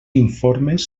informes